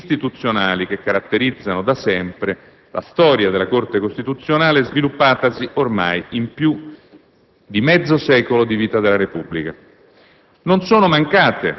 culturali, istituzionali che caratterizzano da sempre la storia della Corte costituzionale, sviluppatasi ormai in più di mezzo secolo di vita della Repubblica.